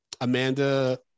amanda